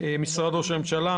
משרד ראש הממשלה,